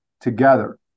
together